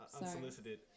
unsolicited